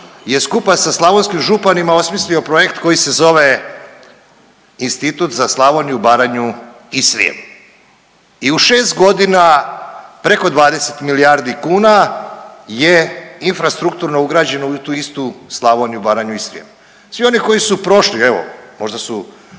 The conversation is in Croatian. je skupa sa slavonskim županima osmislio projekt koji se zove „Institut za Slavoniju, Baranju i Srijem“ i u šest godina preko 20 milijardi kuna je infrastrukturno ugrađeno u tu istu Slavoniju, Branju i Srijem. Svi oni koji su prošli evo možda su